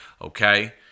Okay